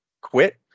quit